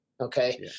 Okay